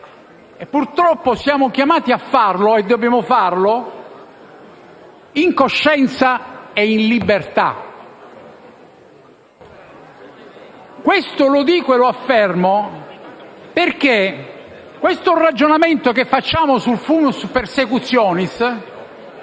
facciamo. Siamo chiamati a farlo e dobbiamo farlo in coscienza e libertà. Questo lo dico e lo affermo perché il ragionamento che facciamo sul *fumus persecutionis*,